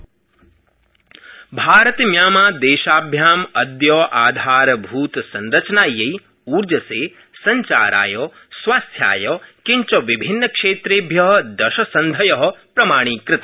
भारतम्यामांर देशौ भारतम्यामां देशाभ्याम् अदय आधारभूतसंरचनायै ऊर्जसे संचाराय स्वास्थ्याय किञ्च विभिन्नक्षेत्रेभ्य दशसन्धय प्रमाणीकृता